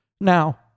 Now